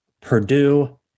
Purdue